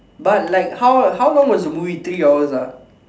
but like how how long was the movie three hours ah